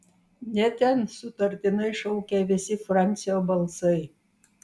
ne ten sutartinai šaukė visi francio balsai